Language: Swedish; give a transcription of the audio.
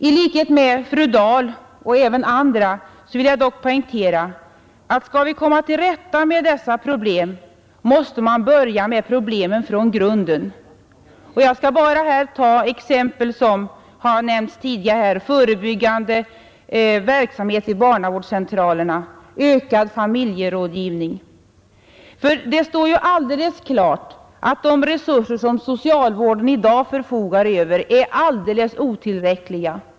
I likhet med fru Dahl och även andra vill jag dock poängtera att skall vi komma till rätta med dessa problem, måste vi börja från grunden. Jag skall bara här ta exempel som har nämnts tidigare — förebyggande verksamhet i barnavårdscentralerna och ökad familjerådgivning. Det står ju helt klart att de resurser som socialvården i dag förfogar över är alldeles otillräckliga.